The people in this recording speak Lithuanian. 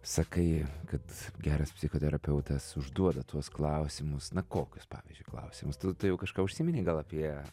sakai kad geras psichoterapeutas užduoda tuos klausimus na kokius pavyzdžiui klausimus tu jau kažką užsiminei gal apie